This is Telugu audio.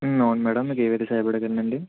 అవును మేడం మీకు ఏ విధంగా సహాయపడగలను నండి